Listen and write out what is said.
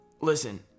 Listen